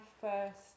first